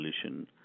solution